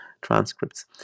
transcripts